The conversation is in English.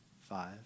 Five